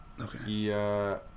Okay